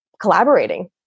collaborating